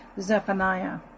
Zephaniah